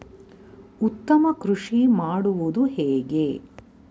ಉತ್ತಮ ಕೃಷಿ ಮಾಡುವುದು ಹೇಗೆ?